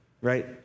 right